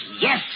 yes